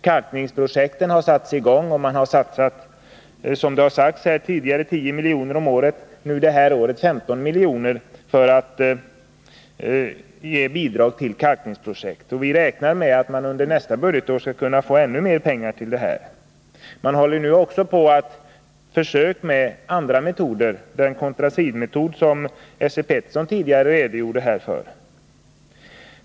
Kalkningsprojekten har satts i gång, och man har, som det här har sagts tidigare, satsat 10 milj.kr. om året — i år 15 milj.kr. — i form av bidrag till kalkningsprojekt. Vi räknar med att det under nästa budgetår skall satsas ännu mer pengar. Försök pågår också med andra metoder, bl.a. den contracidmetod som Esse Petersson redogjorde för.